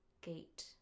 Gate